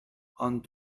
ond